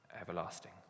everlasting